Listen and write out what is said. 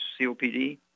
COPD